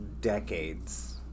decades